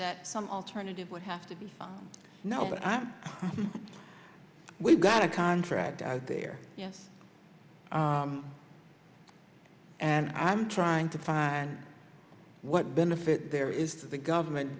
that some alternative would have to be now but i'm we've got a contract out there yes and i'm trying to find what benefit there is the government